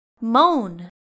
moan